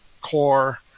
core